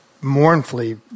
mournfully